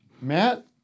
Matt